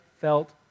felt